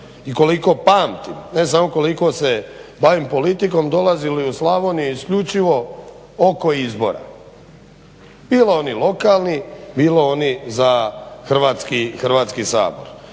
i koliko pamtim, ne samo koliko se bavim politikom dolazili u Slavoniji isključivo oko izbora bilo onih lokalnih bilo onih za Hrvatski sabor.